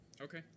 Okay